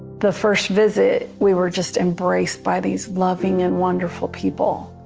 the first visit we were just embraced by these loving and wonderful people.